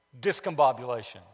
discombobulation